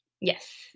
Yes